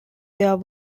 there